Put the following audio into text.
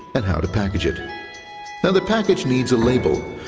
and how to package it. now the package needs a label,